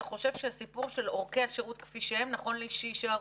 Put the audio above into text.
אתה חושב שהסיפור של אורכי השירות כפי שהם נכון שיישארו?